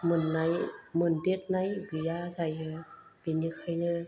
मोननाय मोनदेथनाय गैया जायो बिनिखायनो